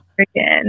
again